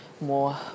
more